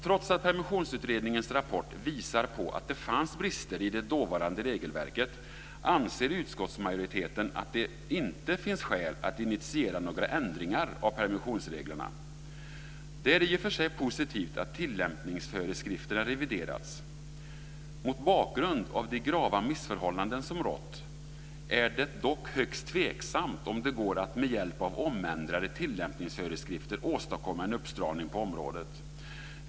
Trots att Permissionsutredningens rapport visar på att det fanns brister i det dåvarande regelverket anser utskottsmajoriteten att det inte finns skäl att initiera några ändringar av permissionsreglerna. Det är i och för sig positivt att tillämpningsföreskrifterna reviderats. Mot bakgrund av de grava missförhållanden som rått är det dock högst tveksamt om det går att med hjälp av ändrade tillämpningsföreskrifter åstadkomma en uppstramning på området.